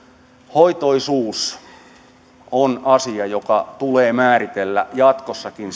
hoitoisuus on asia jonka tulee määritellä jatkossakin